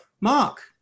mark